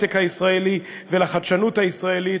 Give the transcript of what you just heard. להיי-טק הישראלי ולחדשנות הישראלית.